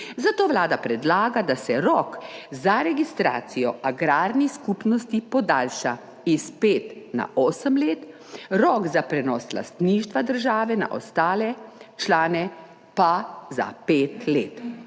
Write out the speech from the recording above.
zato Vlada predlaga, da se rok za registracijo agrarnih skupnosti podaljša s pet na osem let, rok za prenos lastništva države na ostale člane pa za pet let.